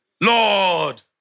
Lord